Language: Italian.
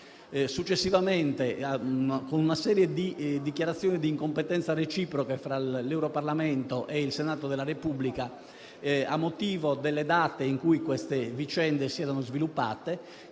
successivamente, con una serie di dichiarazioni di incompetenze reciproche tra l'Europarlamento e il Senato della Repubblica, a motivo delle date in cui queste vicende si erano sviluppate.